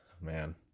Man